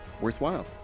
worthwhile